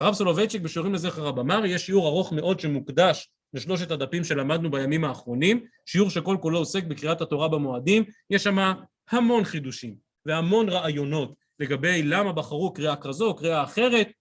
רב סולוביצ'יק בשיעורים לזכר רב אמרי, יש שיעור ארוך מאוד שמוקדש לשלושת הדפים שלמדנו בימים האחרונים שיעור שכל כולו עוסק בקריאת התורה במועדים יש שם המון חידושים והמון רעיונות לגבי למה בחרו קריאה כזו או קריאה אחרת